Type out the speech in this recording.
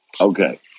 Okay